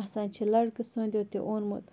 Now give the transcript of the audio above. آسان چھِ لَڑکہٕ سٕنٛدیو تہِ اوٚنمُت